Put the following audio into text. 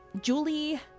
Julie